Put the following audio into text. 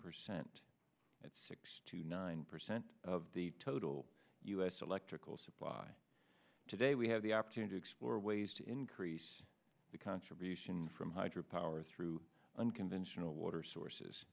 percent at six to nine percent of the total us electrical supply today we have the opportunity explore ways to increase the contribution from hydro power through unconventional water sources